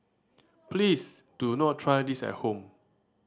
please do not try this at home